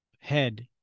head